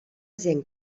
gent